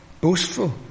boastful